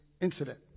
incident